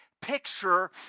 picture